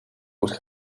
wordt